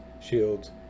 shields